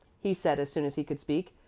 he said, as soon as he could speak,